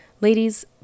ladies